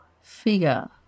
figure